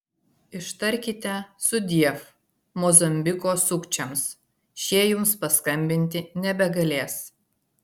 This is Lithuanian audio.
ištarkite sudiev mozambiko sukčiams šie jums paskambinti nebegalės